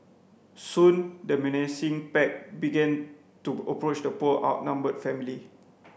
soon the menacing pack began to approach the poor outnumbered family